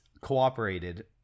cooperated